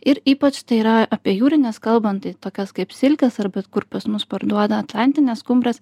ir ypač tai yra apie jūrines kalbant tai tokias kaip silkės ar bet kur pas mus parduoda atlantinės skumbrės